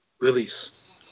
release